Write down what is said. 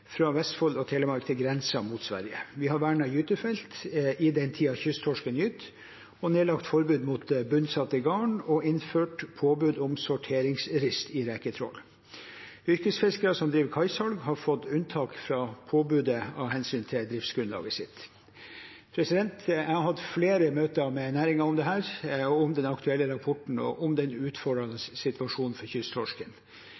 fra Vestfold og Telemark til grensen mot Sverige. Vi har vernet gytefeltene i den tiden kysttorsken gyter, nedlagt forbud mot bunnsatte garn og innført påbud om sorteringsrist i reketrål. Yrkesfiskere som driver kaisalg, har fått unntak fra påbudet av hensyn til driftsgrunnlaget sitt. Jeg har hatt flere møter med næringen om dette, om den aktuelle rapporten og den